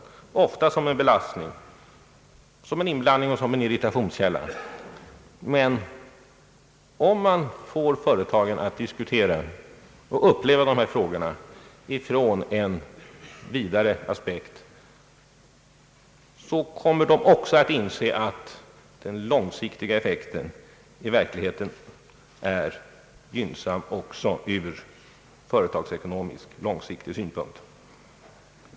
näringspolitiken ren, ofta verkar som en belastning, som en inblandning och som en irritationskälla. Men får man företagarna att diskutera och uppleva dessa frågor från en vidare aspekt, kommer de också att inse att den långsiktiga effekten i verkligheten är gynnsam även ur långsiktig företagsekonomisk synvinkel.